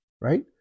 right